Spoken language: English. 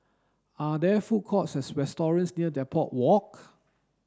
are there food courts or restaurants near Depot Walk